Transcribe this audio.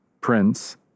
Prince